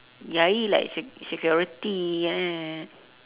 yayi like sec~ security ya